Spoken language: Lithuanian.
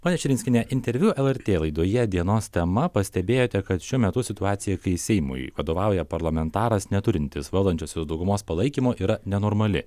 ponia širinskiene interviu lrt laidoje dienos tema pastebėjote kad šiuo metu situacija kai seimui vadovauja parlamentaras neturintis valdančiosios daugumos palaikymo yra nenormali